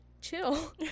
Chill